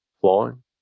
flying